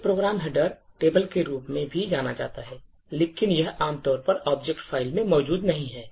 एक program header table के रूप में भी जाना जाता है लेकिन यह आमतौर पर object file में मौजूद नहीं है